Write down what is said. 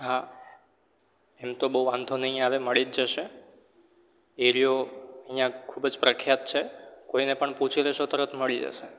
હા એમ તો બહુ વાંધો નહીં આવે મળી જ જશે એરિયો અહીંયા ખૂબ જ પ્રખ્યાત છે કોઈને પણ પૂછી લેશો તરત મળી જશે